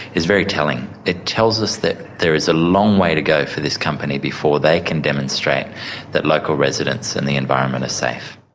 is very telling. it tells us that there is a long way to go for this company before they can demonstrate that local residents and the environment are safe.